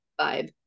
vibe